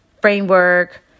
framework